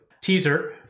teaser